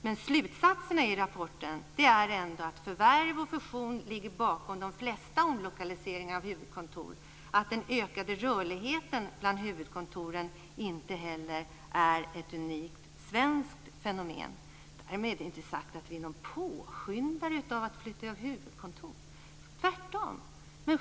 Men slutsatsen i rapporten är ändå att förvärv och fusion ligger bakom de flesta omlokaliseringar av huvudkontor. Den ökade rörligheten bland huvudkontoren är inte heller ett unikt svenskt fenomen. Därmed inte sagt att vi är några påskyndare av att flytta huvudkontor, tvärtom.